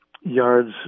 yards